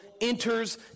enters